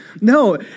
No